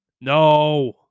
No